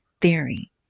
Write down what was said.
theory